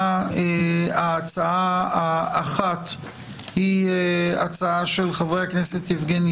ההצעה האחת היא הצעה של חברי הכנסת יבגני